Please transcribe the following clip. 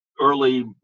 early